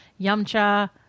Yamcha